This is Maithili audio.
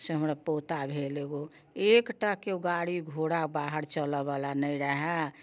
से हमरा पोता भेल एगो एकटा केओ गाड़ी घोड़ा बाहर चलै बला नहि रहै